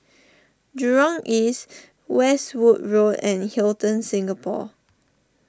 Jurong East Westwood Road and Hilton Singapore